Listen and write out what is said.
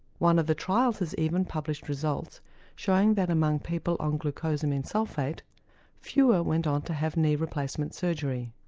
one of the trials has even published results showing that among people on glucosamine sulphate fewer went on to have knee replacement surgery.